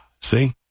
See